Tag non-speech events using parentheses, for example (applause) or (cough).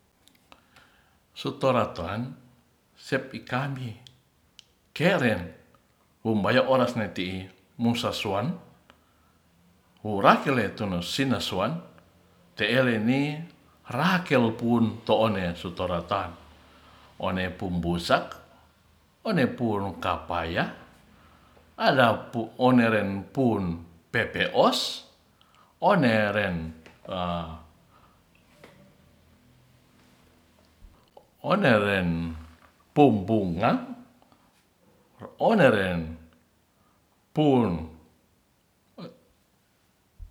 Sutoratan sepi kami keren wobaya oras ne ti musasuan wura tele tu sinaswan te eleni rakel pun to one su toratan one pumbusak one puru kapaya ada pu oneren pun pepe os one ren (hesitation) one ren pom pomngan one ren pun